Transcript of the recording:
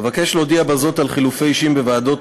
אבקש להודיע בזאת על חילופי אישים בוועדות